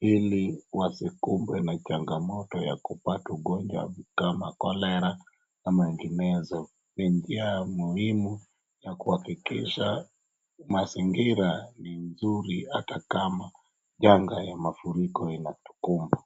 ili wasikufe na changamoto ya kupata ugonjwa kama cholera ama vimezo, ni jia muhimu ya kuhakikisha mazingira ni zuri ata kama angali mafuriko ya tukumba.